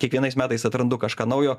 kiekvienais metais atrandu kažką naujo